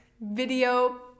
video